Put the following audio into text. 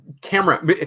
camera